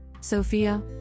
Sophia